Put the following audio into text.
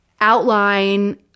outline